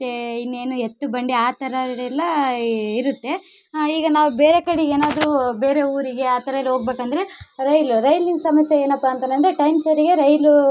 ಮತ್ತೆ ಇನ್ನೇನು ಎತ್ತು ಬಂಡಿ ಆ ಥರ ಎಲ್ಲ ಇರುತ್ತೆ ಈಗ ನಾವು ಬೇರೆ ಕಡೆ ಏನಾದರು ಬೇರೆ ಊರಿಗೆ ಆ ಥರ ಎಲ್ಲ ಹೋಗ್ಬೇಕಂದ್ರೆ ರೈಲು ರೈಲಿನ ಸಮಸ್ಯೆ ಏನಪ್ಪ ಅಂತಾನಂದ್ರೆ ಟೈಮ್ ಸರಿಗೆ ರೈಲು